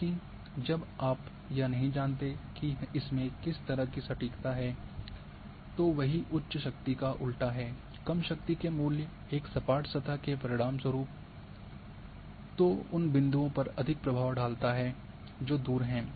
लेकिन अब आप यह नहीं जानते कि इसमें किस तरह की सटीकता है और वही उच्च शक्ति का उल्टा है कम शक्ति के मूल्य एक सपाट सतह के परिणामस्वरूप तो उन बिंदुओं पर अधिक प्रभाव डालता है जो दूर हैं